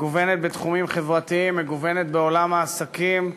מגוונת בתחומים חברתיים, מגוונת בעולם העסקים.